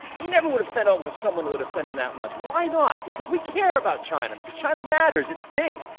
we never would have sent over someone who would offend them that much. why not? because we care about china. because china matters. it's big.